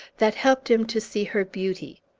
that helped him to see her beauty.